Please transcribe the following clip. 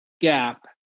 gap